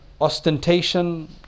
ostentation